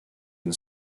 and